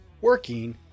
working